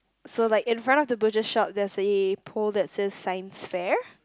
so like in front of the butcher shop there's a pole that says science fair